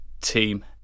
Team